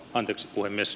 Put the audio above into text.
arvoisa puhemies